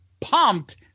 pumped